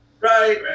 Right